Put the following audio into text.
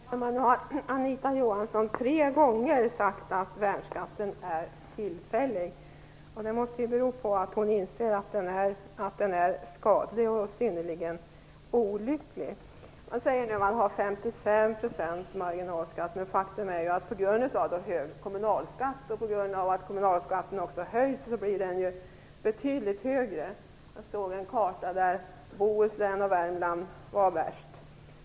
Herr talman! Nu har Anita Johansson tre gånger sagt att värnskatten är tillfällig. Det måste bero på att hon inser att den är skadlig och synnerligen olycklig. Hon säger nu att det är 55 % i marginalskatt. Men faktum är att skatten på grund av en hög kommunalskatt och att kommunalskatten också höjs blir den ju betydligt högre. Jag såg en karta där Bohuslän och Värmland var värst.